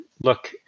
Look